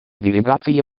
делегация